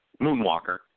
Moonwalker